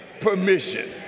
permission